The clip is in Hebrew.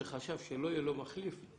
שחשב שלא יהיה לו מחליף,